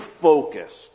focused